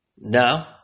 No